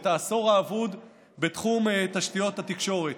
את העשור האבוד בתחום תשתיות התקשורת: